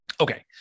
Okay